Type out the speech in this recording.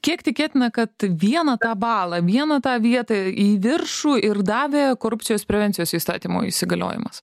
kiek tikėtina kad vieną tą balą vieną tą vietą į viršų ir davė korupcijos prevencijos įstatymo įsigaliojimas